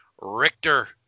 Richter